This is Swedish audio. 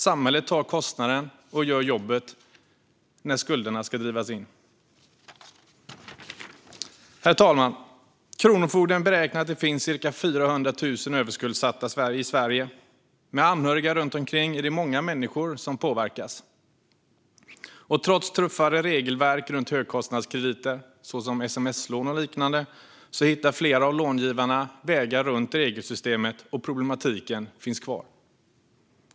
Samhället tar kostnaden och gör jobbet när skulderna ska drivas in. Herr talman! Kronofogden beräknar att det finns ca 400 000 överskuldsatta i Sverige. Med anhöriga runt omkring är det många människor som påverkas. Trots tuffare regelverk runt högkostnadskrediter såsom sms-lån och liknande hittar flera av långivarna vägar runt regelsystemet, och problematiken finns kvar.